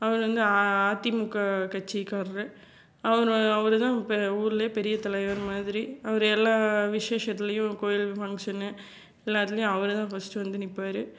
அவர் வந்து அதிமுக கட்சிக்காரரு அவர் வ அவர்தான் இப்போ ஊரில் பெரிய தலைவர் மாதிரி அவர் எல்லாம் விசேஷத்துலேயும் கோயில் ஃபங்க்ஷன்னு எல்லாத்துலேயும் அவர்தான் ஃபஸ்ட்டு வந்து நிற்பாரு